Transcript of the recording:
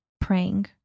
praying